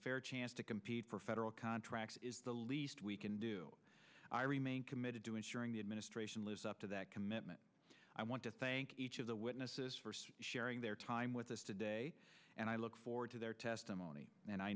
fair chance to compete for federal contracts is the least we can do i remain committed to ensuring the administration lives up to that commitment i want to thank each of the witnesses for sharing their time with us today and i look forward to their testimony and i